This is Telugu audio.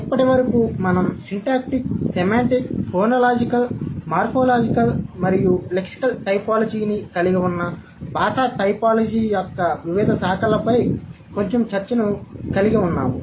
ఇప్పటి వరకు మనం సింటాక్టిక్సెమాంటిక్ఫోనోలాజికల్ మోర్ఫోలాజికల్ మరియు లెక్సికల్ టైపోలాజీని కలిగి ఉన్న భాషా టైపోలాజీ యొక్క వివిధ శాఖలపై కొంచెం చర్చను కలిగి ఉన్నాము